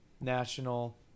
National